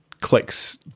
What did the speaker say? clicks